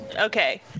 Okay